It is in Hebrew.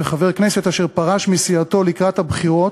וחבר כנסת אשר פרש מסיעתו לקראת הבחירות